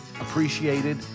appreciated